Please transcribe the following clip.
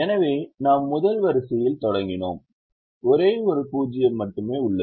எனவே நாம் முதல் வரிசையில் தொடங்கினோம் ஒரே ஒரு 0 மட்டுமே உள்ளது